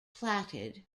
platted